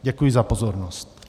Děkuji za pozornost.